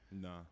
Nah